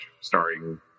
starring